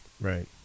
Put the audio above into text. Right